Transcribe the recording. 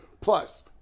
Plus